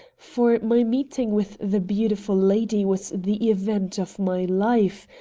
for my meeting with the beautiful lady was the event of my life,